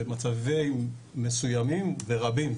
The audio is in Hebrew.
במצבים מסוימים ורבים,